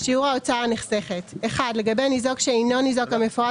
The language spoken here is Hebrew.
"שיעור ההוצאה הנחסכת" לגבי ניזוק שאינו ניזוק המפורט